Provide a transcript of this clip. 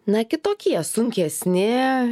na kitokie sunkesni